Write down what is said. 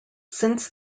since